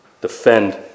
defend